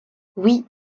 oui